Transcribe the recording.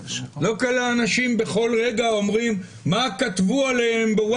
לא כל האנשים בכל רגע אומרים מה כתבו עליהם.